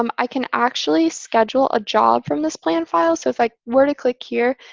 um i can actually schedule a job from this plan file. so if i were to click here,